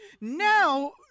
now